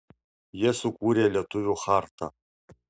jie sukūrė lietuvių chartą